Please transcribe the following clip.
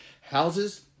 houses